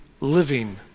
living